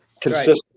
Consistent